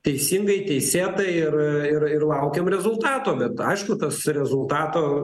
teisingai teisėtai ir ir ir laukiam rezultato bet aišku tas rezultato